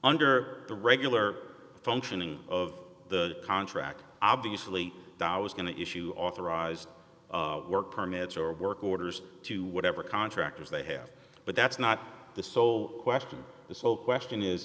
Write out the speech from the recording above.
under the regular functioning of the contract obviously dollars going to issue authorized work permits or work orders to whatever contractors they have but that's not the sole question this whole question is